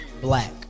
black